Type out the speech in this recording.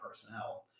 personnel